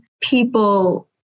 people